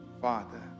Father